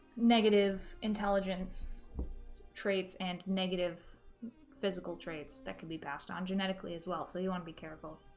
negative intelligence traits and negative physical traits that can be passed on genetically as well so you want to be careful